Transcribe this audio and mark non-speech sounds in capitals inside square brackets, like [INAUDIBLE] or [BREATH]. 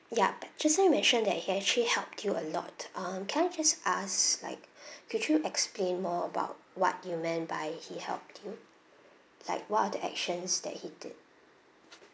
ya but just now you mentioned that he actually helped you a lot um can I just ask like [BREATH] could you explain more about what you meant by he helped you like what are the actions that he did